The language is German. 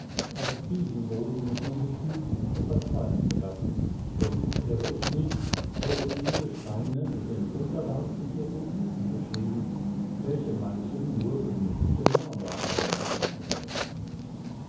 auf diesen boden muß man sich hüten etwas fallen zu lassen denn irr ich nicht so sind diese steine mit den wunderbarsten hieroglyphen beschrieben welche manchem nur gewöhnliche marmoradern bedünken möchten